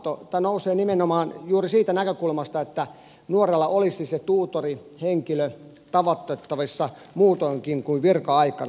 tämä nousee nimenomaan juuri siitä näkökulmasta että nuorella olisi se tuutori henkilö tavoitettavissa muutoinkin kuin virka aikana